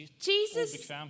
Jesus